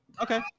Okay